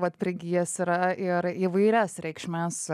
vat prigijęs yra ir įvairias reikšmes